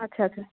আচ্ছা আচ্ছা